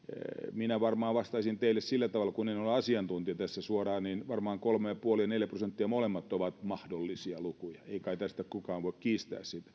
minä varmaan vastaisin teille sillä tavalla kun en ole asiantuntija tässä suoraan että varmaan kolme pilkku viisi ja neljä prosenttia molemmat ovat mahdollisia lukuja ei kai tässä kukaan voi kiistää sitä